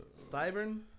Styvern